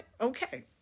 Okay